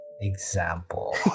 example